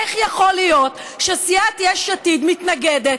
איך יכול להיות שסיעת יש עתיד מתנגדת,